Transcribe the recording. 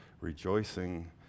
rejoicing